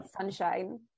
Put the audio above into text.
sunshine